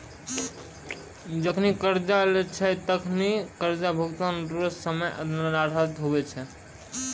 जखनि कर्जा लेय छै तखनि कर्जा भुगतान रो समय निर्धारित हुवै छै